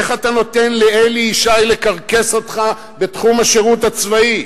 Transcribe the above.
איך אתה נותן לאלי ישי לקרקס אותך בתחום השירות הצבאי?